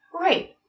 Right